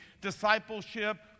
discipleship